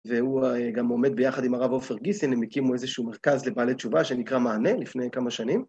והוא גם עומד ביחד עם הרב אופר גיסלין, הם הקימו איזשהו מרכז לבעלי תשובה שנקרא מענה לפני כמה שנים.